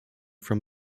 from